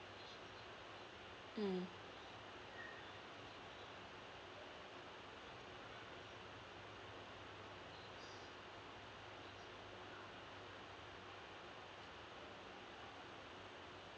mm